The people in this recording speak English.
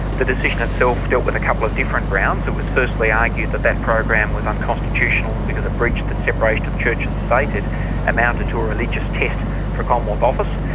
the decision itself dealt with a couple of different grounds, it was firstly argued that that program was unconstitutional because it breached the separation of church and state, it amounted to a religious test for commonwealth office.